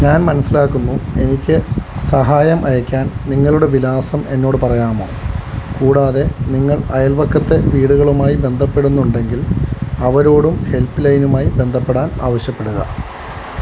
ഞാൻ മനസ്സിലാക്കുന്നു എനിക്ക് സഹായം അയയ്ക്കാൻ നിങ്ങളുടെ വിലാസം എന്നോട് പറയാമോ കൂടാതെ നിങ്ങൾ അയൽവക്കത്തെ വീടുകളുമായി ബന്ധപ്പെടുന്നുണ്ടെങ്കിൽ അവരോടും ഹെൽപ്പ്ലൈനുമായി ബന്ധപ്പെടാൻ ആവശ്യപ്പെടുക